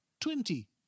twenty